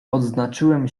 odznaczyłem